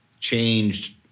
changed